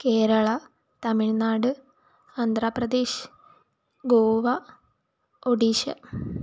Keralam Tamil Nadu Andhra Pradesh Goa Odisha